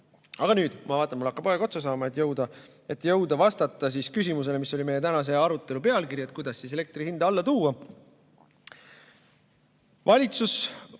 Aga nüüd ma vaatan, mul hakkab aeg otsa saama, et jõuda vastata küsimusele, mis oli meie tänase arutelu pealkiri: kuidas elektri hinda alla tuua? Valitsus,